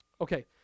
Okay